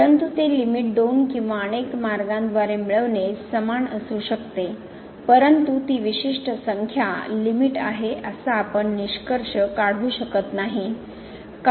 परंतु ती लिमिट दोन किंवा अनेक मार्गांद्वारे मिळविणे समान असू शकते परंतु ती विशिष्ट संख्या लिमिट आहे असा आपण निष्कर्ष काढू शकत नाही